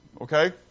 okay